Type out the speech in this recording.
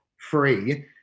free